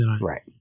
right